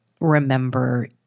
remember